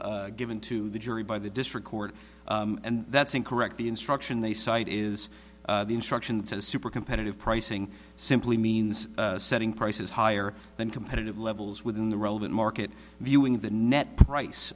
given given to the jury by the district court and that's incorrect the instruction they cite is the instruction that says super competitive pricing simply means setting prices higher than competitive levels within the relevant market viewing the net price